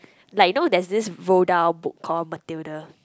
like you know there's this Roald-Dahl called Mathilda